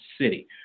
city